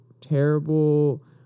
terrible